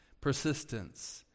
Persistence